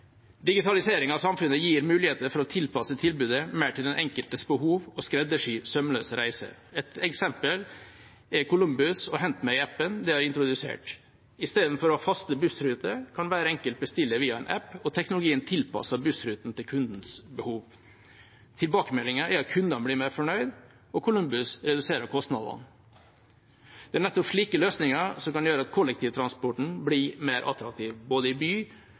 Digitaliseringen av samfunnet gir muligheter for å tilpasse tilbudet mer til den enkeltes behov og skreddersy sømløse reiser. Et eksempel er Kolumbus og «HentMeg»-appen de har introdusert. I stedet for å ha faste bussruter kan hver enkelt bestille via en app, og teknologien tilpasser bussrutene til kundenes behov. Tilbakemeldingen er at kundene blir mer fornøyde, og Kolumbus reduserer kostnadene. Det er nettopp slike løsninger som kan gjøre kollektivtransporten mer attraktiv, både i by